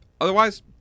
Otherwise